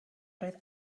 roedd